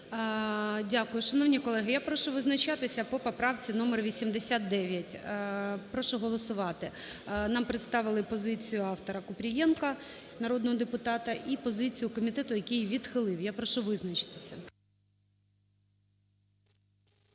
Дякую. Шановні колеги, я прошу визначатися по поправці номер 89. Прошу голосувати. Нам представили позицію автораКупрієнка, народного депутата, і позицію комітету, який відхилив. Я прошу визначитися.